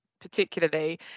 particularly